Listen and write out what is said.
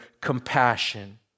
compassion